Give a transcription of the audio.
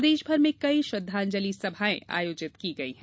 प्रदेशभर में कई श्रद्दांजलि सभा आयोजित की गई है